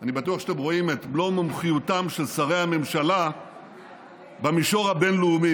אני בטוח שאתם רואים את מלוא מומחיותם של שרי הממשלה במישור הבין-לאומי.